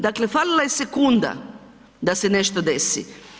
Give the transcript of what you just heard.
Dakle, falila je sekunda da se nešto desi.